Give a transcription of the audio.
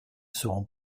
seront